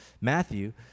Matthew